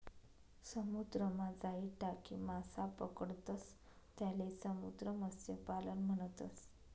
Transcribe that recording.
समुद्रमा जाई टाकी मासा पकडतंस त्याले समुद्र मत्स्यपालन म्हणतस